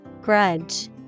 Grudge